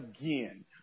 again